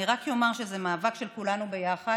אני רק אומר שזה מאבק של כולנו ביחד.